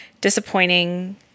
Disappointing